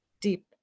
deep